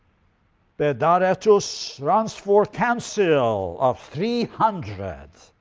pedaretus runs for council of three hundred.